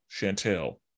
Chantel